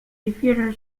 difieren